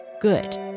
Good